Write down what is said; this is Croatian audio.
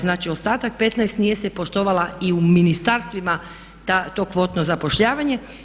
Znači, ostatak 15 nije se poštovala i u ministarstvima to kvotno zapošljavanje.